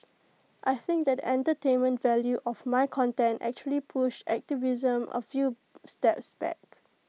I think that entertainment value of my content actually pushed activism A few steps back